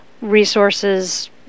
resources